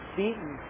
beaten